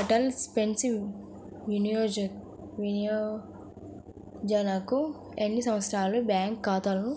Atal pension యోజనకు ఎన్ని సంవత్సరాల బ్యాంక్ ఖాతాదారులు